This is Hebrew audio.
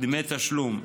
דמי תשלום,